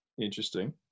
Interesting